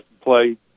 play